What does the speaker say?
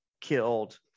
killed